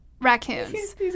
raccoons